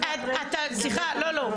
לא.